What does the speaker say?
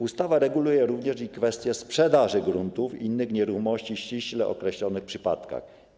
Ustawa reguluje również kwestię sprzedaży gruntów i innych nieruchomości w ściśle określonych przypadkach.